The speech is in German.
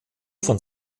von